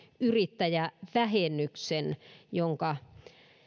yrittäjävähennyksen jonka